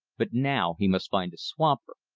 but now he must find a swamper.